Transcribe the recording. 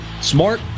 smart